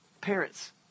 parents